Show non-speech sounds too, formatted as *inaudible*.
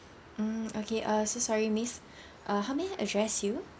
mm okay uh so sorry miss *breath* uh how may I address you